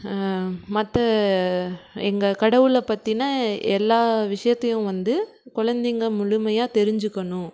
மற்ற எங்கள் கடவுளை பற்றின எல்லா விஷயத்தையும் வந்து குழந்தைங்க முழுமையாக தெரிஞ்சுக்கணும்